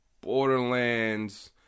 Borderlands